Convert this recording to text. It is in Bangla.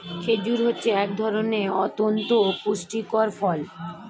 খেজুর হচ্ছে এক ধরনের অতন্ত পুষ্টিকর ফল